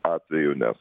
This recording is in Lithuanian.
atveju nes